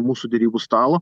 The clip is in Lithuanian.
mūsų derybų stalo